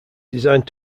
designed